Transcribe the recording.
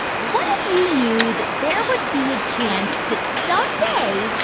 what if you knew that there would be a chance that some day,